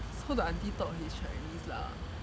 so the aunty thought he's chinese lah